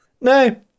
no